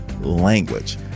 language